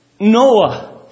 Noah